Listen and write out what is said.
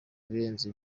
ibirenze